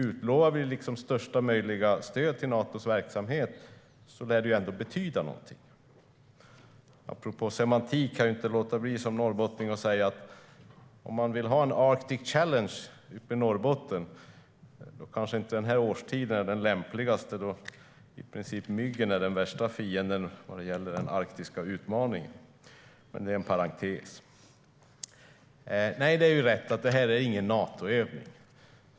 Utlovar vi största möjliga stöd till Natos verksamhet lär det ändå betyda någonting. Apropå semantik kan jag inte låta bli att som norrbottning säga att om man vill ha en Arctic Challenge uppe i Norrbotten är kanske denna årstid inte den lämpligaste, då myggen i princip är den värsta fienden vad gäller en arktisk utmaning. Men det är en parentes. Det är riktigt att detta inte är en Natoövning.